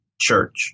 church